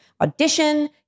audition